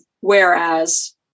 Whereas